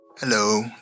Hello